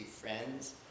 friends